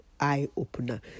eye-opener